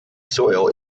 soil